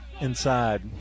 inside